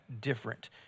different